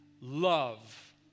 love